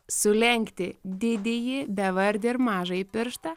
sulenkti didįjį bevardį ir mažąjį pirštą